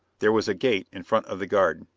there was a gate in front of the garden,